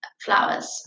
flowers